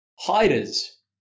Hiders